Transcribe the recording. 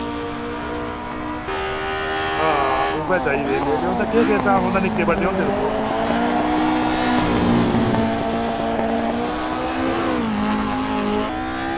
आं उऐ चाहिदे आं उंदा केह् स्हाब होंदा निक्के बड्डे होंदे एह्